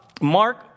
Mark